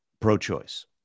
pro-choice